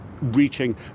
reaching